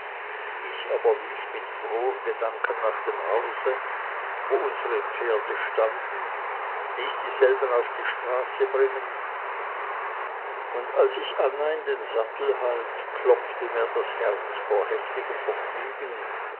ich aber lief mit frohen gedanken nach dem hause wo unsere pferde standen ließ dieselben auf die straße bringen und als ich anna in den sattel half klopfte mir das herz vor heftigem vergnügen